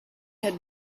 had